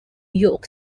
york